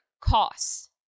costs